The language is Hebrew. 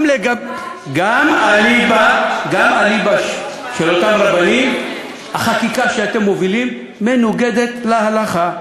גם אליבא של אותם רבנים החקיקה שאתם מובילים מנוגדת להלכה.